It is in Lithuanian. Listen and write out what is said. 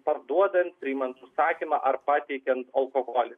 parduodant priimant užsakymą ar pateikiant alkoholį